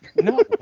No